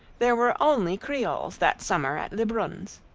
there were only creoles that summer at lebrun's.